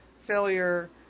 failure